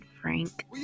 Frank